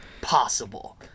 possible